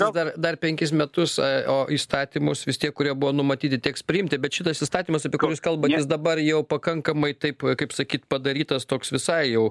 dar dar penkis metus o įstatymus vis tiek kurie buvo numatyti teks priimti bet šitas įstatymas apie kurį kalbat nes dabar jau pakankamai taip kaip sakyt padarytas toks visai jau